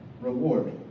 reward